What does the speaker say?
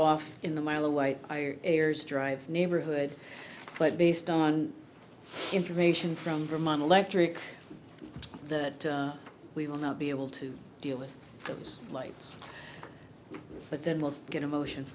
off in the mile away i drive neighborhood but based on information from vermont electric that we will not be able to deal with those lights but then we'll get a motion